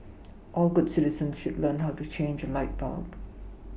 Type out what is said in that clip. all good citizens should learn how to change a light bulb